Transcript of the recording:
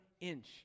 inch